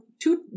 two